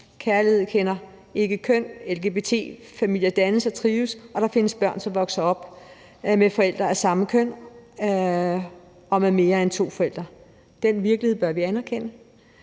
Kærlighed kender ikke køn, lgbt-familier dannes og trives, og der findes børn, som vokser op med forældre af samme køn og med mere end to forældre. Den virkelighed bør vi anerkende,